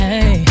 Hey